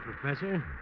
Professor